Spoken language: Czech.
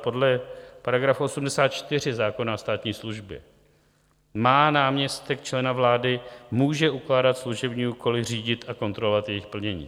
Podle § 84 zákona o státní službě může náměstek člena vlády ukládat služební úkoly, řídit a kontrolovat jejich plnění.